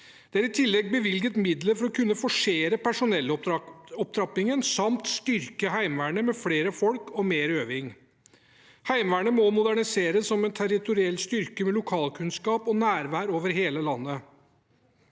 Det er i tillegg bevilget midler for å kunne forsere personellopptrappingen samt styrke Heimevernet med flere folk og mer øving. Heimevernet må moderniseres som en territoriell styrke med lokalkunnskap og nærvær over hele landet.